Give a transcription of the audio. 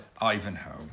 Ivanhoe